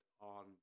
on